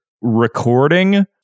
recording